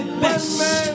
best